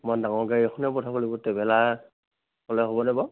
অকণমান ডাঙৰ গাড়ী এখনে পঠাব লাগিব ট্ৰেভেলাৰ হ'লে হ'বনে বাৰু